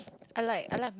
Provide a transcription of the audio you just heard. I like I like